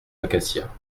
acacias